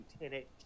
Lieutenant